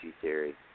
theory